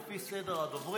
לפי סדר הדוברים,